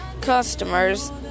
customers